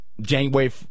January